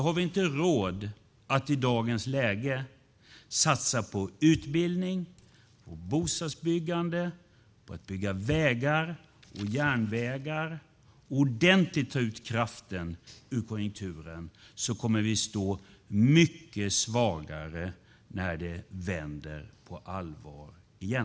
Har vi inte råd att i dagens läge satsa på utbildning, bostadsbyggande, att bygga vägar och järnvägar och ordentligt ta ut kraften ur konjunkturen kommer vi att stå mycket svagare när det vänder på allvar igen.